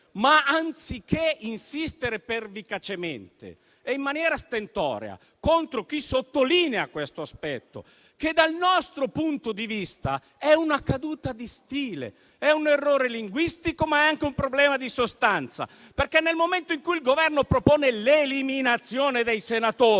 ma si insiste pervicacemente e in maniera stentorea contro chi sottolinea questo aspetto, che dal nostro punto di vista è una caduta di stile, un errore linguistico, ma anche un problema di sostanza, perché nel momento in cui il Governo propone l'eliminazione dei senatori